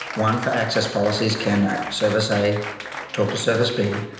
one for access policies. can service a talk to service b?